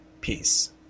Peace